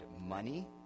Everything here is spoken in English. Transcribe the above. money